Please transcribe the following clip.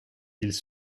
ils